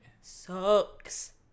Sucks